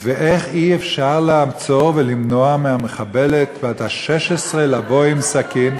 ואיך אי-אפשר לעצור ולמנוע מהמחבלת בת ה-16 לבוא עם סכין?